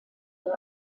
der